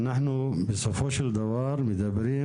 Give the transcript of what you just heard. בסופו של דבר אנחנו מדברים,